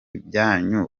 byanyu